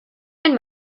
and